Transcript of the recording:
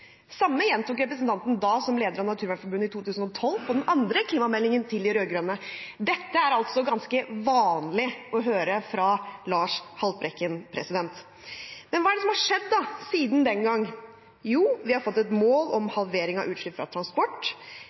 samme gjentok representanten i 2012, da som leder av Naturvernforbundet, i forbindelse med den andre klimameldingen fra de rød-grønne. Dette er altså ganske vanlig å høre fra Lars Haltbrekken. Men hva har skjedd siden den gang? Jo, vi har fått et mål om halvering av utslipp fra transport.